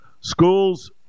schools